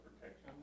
protection